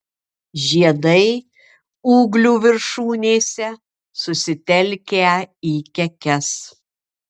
žiedai ūglių viršūnėse susitelkę į kekes